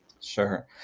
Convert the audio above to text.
Sure